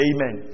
Amen